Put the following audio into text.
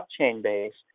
blockchain-based